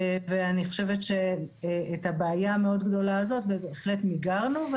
ואני חושבת שאת הבעיה המאוד גדולה הזאת בהחלט מיגרנו.